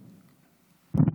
חמש דקות.